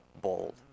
bold